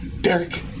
Derek